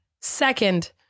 second